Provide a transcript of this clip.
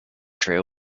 trail